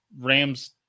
Rams